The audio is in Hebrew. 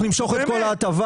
אנחנו נמשוך את כל ההטבה.